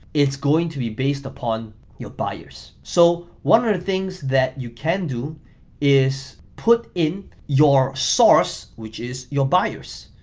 it's going to be based upon your buyers. so one of the things that you can do is put in your source, which is your buyers.